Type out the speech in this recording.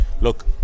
Look